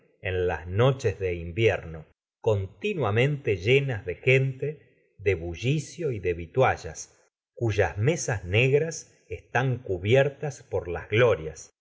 en las noches de invierno continuamente llenas de gente de bullicio y de vituallas cuyas mesas negras están cubiertas por las glorias